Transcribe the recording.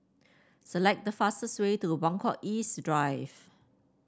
select the fastest way to Buangkok East Drive